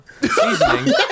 seasoning